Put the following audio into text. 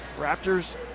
raptors